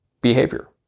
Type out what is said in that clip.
behavior